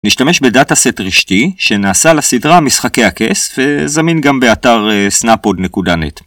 נשתמש בדאטא-סט רשתי שנעשה לסדרה משחקי הכס וזמין גם באתר snapod.net